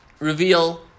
Reveal